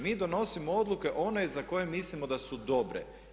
Mi donosimo odluke one za koje mislimo da su dobre.